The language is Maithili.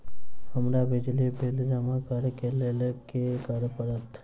हमरा बिजली बिल जमा करऽ केँ लेल की करऽ पड़त?